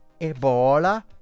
Ebola